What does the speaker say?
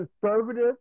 conservative